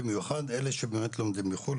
ובמיוחד לאלה שלומדים בחו"ל.